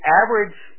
average